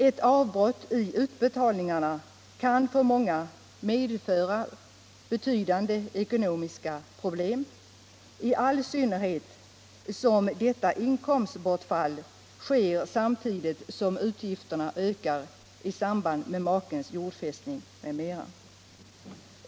Ett avbrott i utbetalningarna kan för många medföra betydande ekonomiska problem, i all synnerhet som detta inkomstbortfall sker samtidigt som utgifterna ökar i samband med makens jordfästning m.m.